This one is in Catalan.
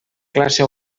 classe